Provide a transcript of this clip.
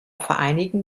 vereinigen